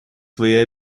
свои